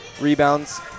rebounds